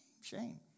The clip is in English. shame